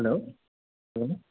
hello சொல்லுங்கள்